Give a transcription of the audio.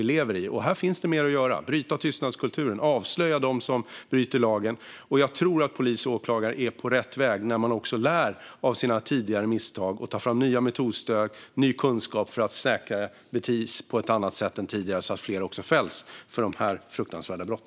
Här finns det mer att göra, till exempel när det gäller att bryta tystnadskulturen och att avslöja dem som bryter mot lagen. Jag tror att polis och åklagare är på rätt väg när de lär av sina tidigare misstag och tar fram nya metodstöd och ny kunskap för att säkra bevis på ett annat sätt än tidigare, så att fler fälls för dessa fruktansvärda brott.